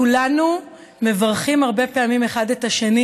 כולנו מברכים הרבה פעמים אחד את השני